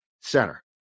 center